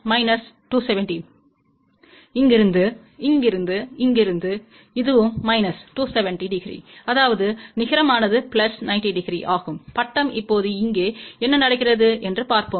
minus 270இங்கிருந்து இங்கிருந்து இங்கிருந்து இதுவும் மைனஸ் 270 டிகிரி அதாவது நிகரமானது பிளஸ் 90 டிகிரி ஆகும் பட்டம் இப்போது இங்கே என்ன நடக்கிறது என்று பார்ப்போம்